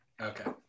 Okay